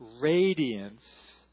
Radiance